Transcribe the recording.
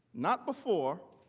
not before,